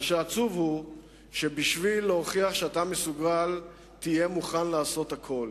מה שעצוב הוא שבשביל להוכיח שאתה מסוגל תהיה מוכן לעשות הכול: